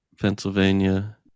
Pennsylvania